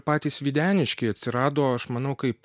patys videniškiai atsirado aš manau kaip